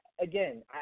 again